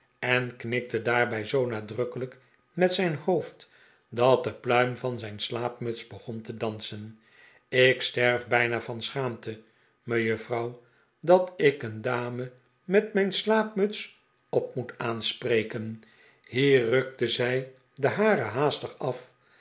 en knikte da'arbij zoo nadrukkelijk met zijn hoofd dat de pluim van zijn slaapmuts begon te dansen ik sterf bijna van schaamte mejuffrouw dat ik een dame met mijn slaapmuts op moet aanspreken hier rukte zij de hare haastig af